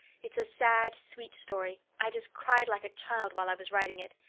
it's a sad, sweet story. i just cried like a child while i was writing it.